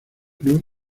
club